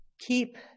keep